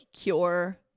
cure